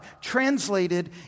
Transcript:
translated